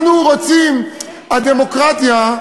אנחנו רוצים, הדמוקרטיה,